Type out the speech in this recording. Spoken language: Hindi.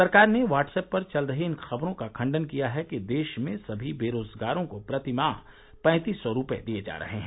सरकार ने व्हाट्सएप पर चल रही इन खबरों का खंडन किया है कि देश में सभी बेरोजगारों को प्रतिमाह पैंतीस सौ रूपये दिए जा रहे हैं